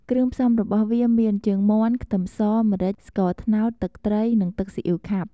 គ្រឿងផ្សំរបស់វាមាន ជើងមាន់ ខ្ទឹមស ម្រេច ស្ករត្នោត ទឹកត្រី និងទឹកស៊ីអ៉ីវខាប់។